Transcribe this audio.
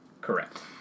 Correct